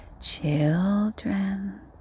children